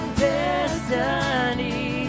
destiny